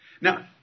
Now